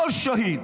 כל שהיד.